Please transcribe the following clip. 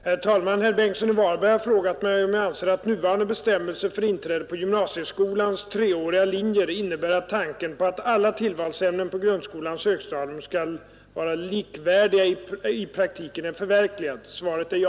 Herr talman! Herr Karl Bengtsson i Varberg har frågat mig, om jag anser att nuvarande bestämmelser för inträde på gymnasieskolans treåriga linjer innebär att tanken att alla tillvalsämnen på grundskolans högstadium skall vara likvärdiga i praktiken är förverkligad. Svaret är ja.